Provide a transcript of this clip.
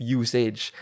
usage